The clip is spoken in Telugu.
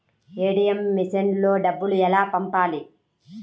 ఏ.టీ.ఎం మెషిన్లో డబ్బులు ఎలా పంపాలి?